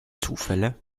zufälle